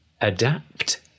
Adapt